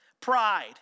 pride